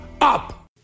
up